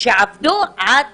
שעבדו עד